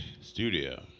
Studio